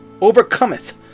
overcometh